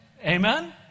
Amen